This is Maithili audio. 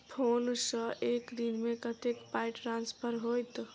फोन सँ एक दिनमे कतेक पाई ट्रान्सफर होइत?